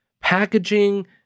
packaging